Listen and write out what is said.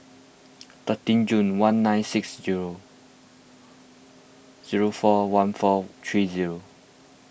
thirteen Jun one nine six zero zero four one four three zero